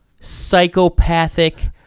psychopathic